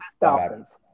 dolphins